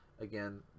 Again